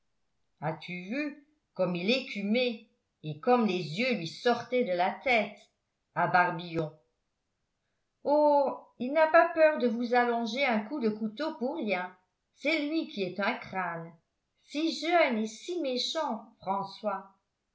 as-tu vu comme il écumait et comme les yeux lui sortaient de la tête à barbillon oh il n'a pas peur de vous allonger un coup de couteau pour rien c'est lui qui est un crâne si jeune et si méchant françois